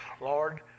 Lord